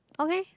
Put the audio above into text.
okay